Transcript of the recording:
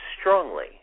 strongly